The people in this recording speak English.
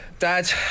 Dad